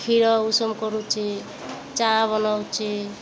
କ୍ଷୀର ଉଷୁମ କରୁଛି ଚା ବନେଉଛି